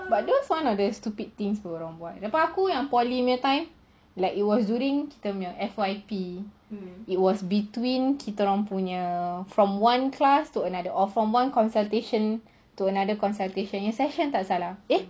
but those one of the stupid things korang buat lepas aku it was polytechnic punya time like it was during F_Y_P it was between kita orang punya from one class to another oh from one consultation to another consultation the session kalau tak salah eh